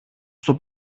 στο